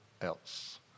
else